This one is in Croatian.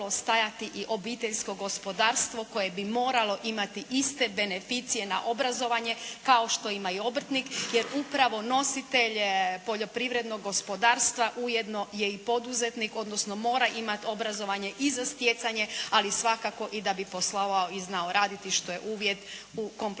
stajati i obiteljsko gospodarstvo koje bi moralo imati iste beneficije na obrazovanje kao što ima i obrtnik jer upravo nositelj poljoprivrednog gospodarstva ujedno je i poduzetnik odnosno mora imati obrazovanje i za stjecanje ali i svakako i da bi poslovao i znao raditi što je uvjet u kompletnoj